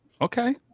Okay